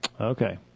Okay